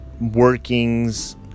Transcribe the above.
workings